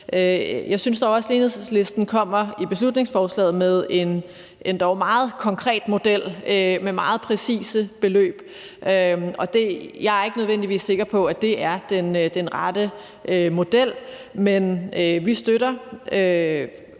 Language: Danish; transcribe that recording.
Jeg synes dog også, Enhedslisten i beslutningsforslaget kommer med en endog meget konkret model med nogle meget præcise beløb, og jeg er ikke nødvendigvis sikker på, at det er den rette model, men vi støtter,